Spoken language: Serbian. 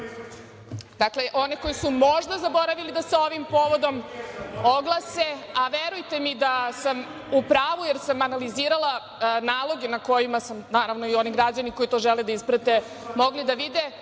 one koji su možda zaboravili da se ovim povodom oglase, a verujte da sam u pravu, jer sam analizirala naloge. Naravno, oni građani koji to žele da isprate to mogu da vide.